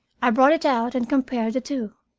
i brought it out and compared the two.